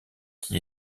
qui